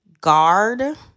guard